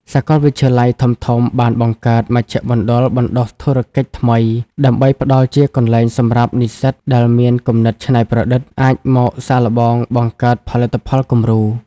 សាកលវិទ្យាល័យធំៗបានបង្កើត "មជ្ឈមណ្ឌលបណ្ដុះធុរកិច្ចថ្មី" ដើម្បីផ្ដល់ជាកន្លែងសម្រាប់និស្សិតដែលមានគំនិតច្នៃប្រឌិត អាចមកសាកល្បងបង្កើតផលិតផលគំរូ ។